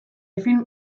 film